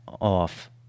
off